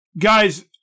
Guys